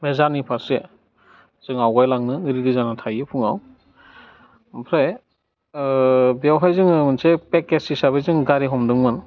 बे जारनि फारसे जों आवगायलांनो रेदि जानानै थायो फुङाव ओमफ्राय बेयावहाय जोङो मोनसे पेकेज हिसाबै जों गारि हमदोंमोन